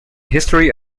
history